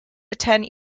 attend